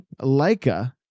Leica